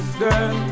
girl